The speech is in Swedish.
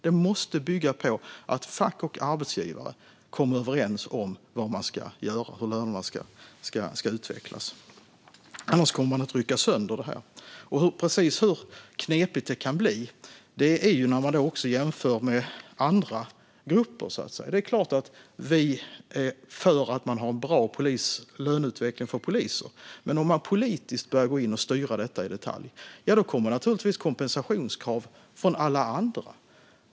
Det måste bygga på att fack och arbetsgivare kommer överens om hur lönerna ska utvecklas. Annars kommer man att rycka sönder det här. Precis hur knepigt det kan bli ser man när man jämför med andra grupper. Det är klart att vi är för en bra löneutveckling för poliser. Men om man politiskt börjar gå in och styra detta i detalj, ja, då kommer det naturligtvis kompensationskrav från alla andra.